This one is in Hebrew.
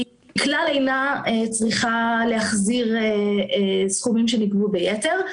היא כלל אינה צריכה להחזיר סכומים שנגבו ביתר,